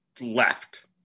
left